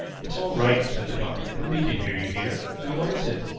it's all right, said the doctor. nobody can hear you here. now what is it?